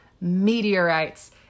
meteorites